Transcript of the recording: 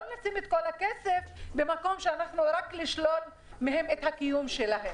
נשים את כל הכסף במקום שאנחנו רק נשלול מהם את הקיום שלהם.